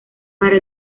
para